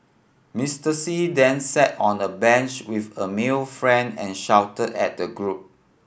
Mister See then sat on a bench with a male friend and shouted at the group